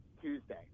Tuesday